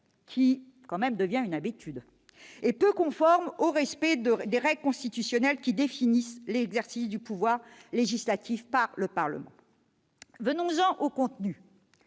qui devient une habitude, est peu conforme aux règles constitutionnelles qui définissent l'exercice du pouvoir législatif par le Parlement. Venons-en au contenu.